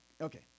okay